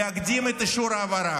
להקדים את אישור ההעברה.